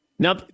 Now